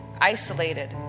isolated